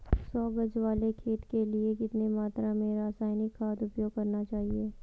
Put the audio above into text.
सौ गज वाले खेत के लिए कितनी मात्रा में रासायनिक खाद उपयोग करना चाहिए?